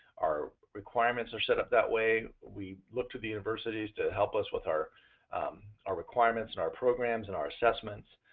our requirements are set up that way, we looked to the universities to help us with our our requirements, and our programs, and our assessments.